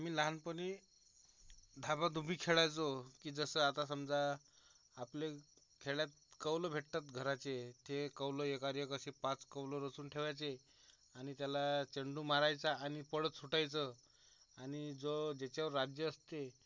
आम्ही लहानपणी धाबादुबी खेळायचो की जसं आता समजा आपले खेळ्यात कौलं भेटतात घराचे ते कौलं एकात एक असे पाच कौलं रचून ठेवायचे आणि त्याला चेंडू मारायचा आणि पळत सुटायचं आणि जो ज्याच्यावर राज्य असते